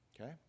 Okay